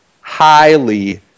highly